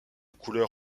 couleur